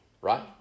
right